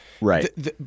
Right